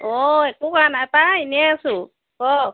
অঁ একো কৰা নাই পায় এনেই আছোঁ ক